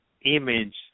image